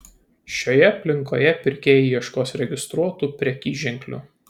šioje aplinkoje pirkėjai ieškos registruotų prekyženklių